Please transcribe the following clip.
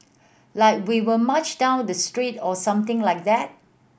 like we will march down the street or something like that